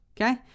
okay